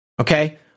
Okay